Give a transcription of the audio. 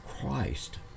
Christ